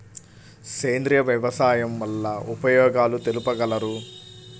సేంద్రియ వ్యవసాయం వల్ల ఉపయోగాలు తెలుపగలరు?